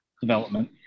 development